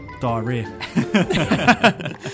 diarrhea